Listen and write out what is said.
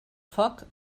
foc